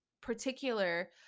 particular